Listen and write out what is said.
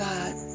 God